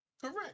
correct